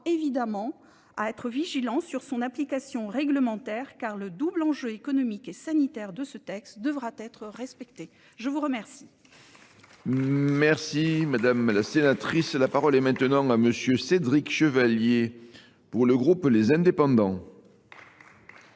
évidemment à être vigilant sur son application réglementaire car le double enjeu économique et sanitaire de ce texte devra être respecté. Je vous remercie. Merci madame la sénatrice. La parole est maintenant à monsieur Cédric Chevalier pour le groupe Les Indépendants.